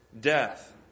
death